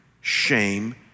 shame